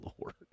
Lord